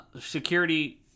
security